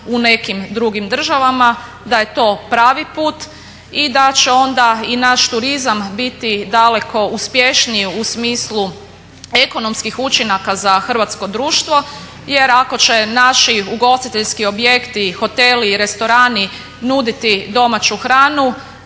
u nekim drugim državama, da je to pravi put i da će onda i naš turizam biti daleko uspješniji u smislu ekonomskih učinaka za hrvatsko društvo. Jer ako će naši ugostiteljski objekti, hoteli i restorani nuditi domaću hranu